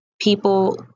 people